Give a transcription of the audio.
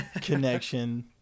connection